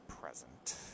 Present